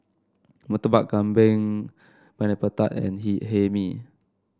Murtabak Kambing Pineapple Tart and he Hae Mee